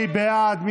מי בעד?